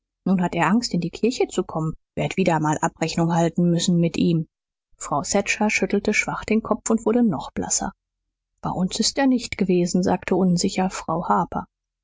nun hat er angst in die kirche zu kommen werd wieder mal abrechnung halten müssen mit ihm frau thatcher schüttelte schwach den kopf und wurde noch blasser bei uns ist er nicht gewesen sagte unsicher frau harper